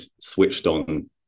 switched-on